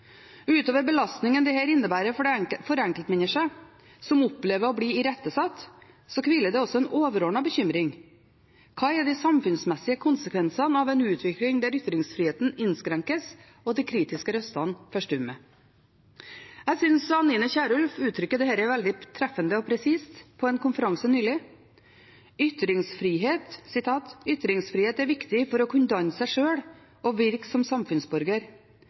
Utover belastningen dette innebærer for enkeltmennesket som opplever å bli irettesatt, er det også en overordnet bekymring: Hva er de samfunnsmessige konsekvensene av en utvikling der ytringsfriheten innskrenkes og de kritiske røstene forstummer? Jeg synes Anine Kierulf uttrykte dette veldig treffende og presist på en konferanse nylig: «Ytringsfrihet er viktig for å kunne danne seg selv og virke som samfunnsborger.